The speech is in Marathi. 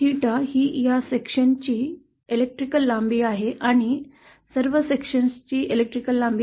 थेटा ही या विभागाची विद्युत लांबी आणि सर्व विभागांची विद्युत लांबी आहे